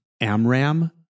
Amram